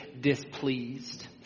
displeased